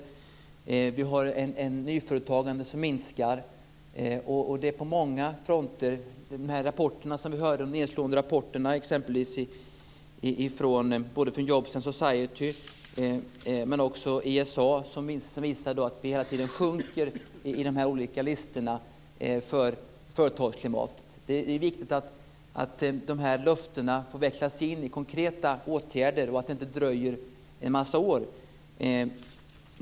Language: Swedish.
Vi har ett nyföretagande som minskar på många fronter. De nedslående rapporterna som vi hörde talas om från exempelvis både Jobs & Society och ISA visar att vi hela tiden sjunker i de olika listorna för företagsklimat. Det är viktigt att de här löftena växlas in i konkreta åtgärder och att det inte dröjer en massa år.